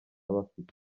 bafite